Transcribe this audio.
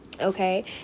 Okay